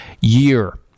year